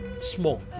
small